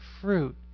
fruit